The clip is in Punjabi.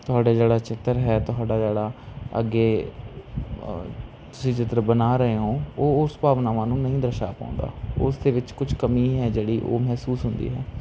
ਤੁਹਾਡਾ ਜਿਹੜਾ ਚਿੱਤਰ ਹੈ ਤੁਹਾਡਾ ਜਿਹੜਾ ਅੱਗੇ ਤੁਸੀਂ ਚਿੱਤਰ ਬਣਾ ਰਹੇ ਹੋ ਉਹ ਉਸ ਭਾਵਨਾਵਾਂ ਨੂੰ ਨਹੀਂ ਦਰਸਾ ਪਾਉਂਦਾ ਉਸ ਦੇ ਵਿੱਚ ਕੁਛ ਕਮੀ ਹੈ ਜਿਹੜੀ ਉਹ ਮਹਿਸੂਸ ਹੁੰਦੀ ਹੈ